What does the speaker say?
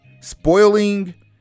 spoiling